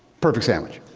perfect sandwich.